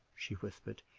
she whispered,